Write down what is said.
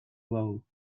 law